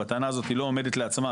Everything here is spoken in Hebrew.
הטענה הזאת לא עומדת לעצמה,